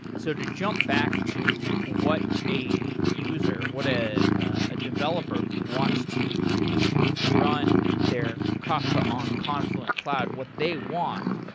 so to jump back to what a user, what ah a developer who wants to run their kafka on confluent cloud, what they want.